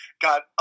got